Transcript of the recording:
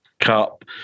Cup